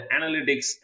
analytics